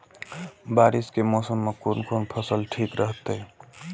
बारिश के मौसम में कोन कोन फसल ठीक रहते?